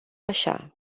așa